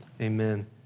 amen